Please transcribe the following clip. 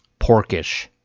porkish